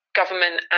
government